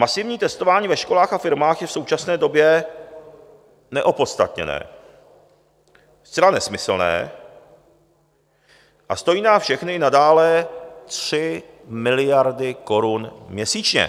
Masivní testování ve školách a firmách je v současné době neopodstatněné, zcela nesmyslné a stojí nás všechny nadále 3 miliardy korun měsíčně.